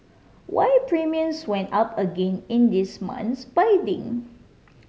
why premiums went up again in this month's bidding